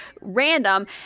random